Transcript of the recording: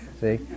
See